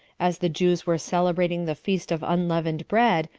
as the jews were celebrating the feast of unleavened bread,